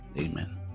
Amen